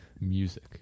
music